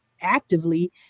actively